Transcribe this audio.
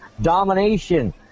Domination